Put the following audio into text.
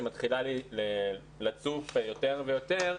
שמתחילה לצוף יותר ויותר,